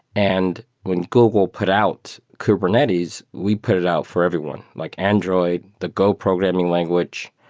and when google put out kubernetes, we put it out for everyone, like android, the go programming language,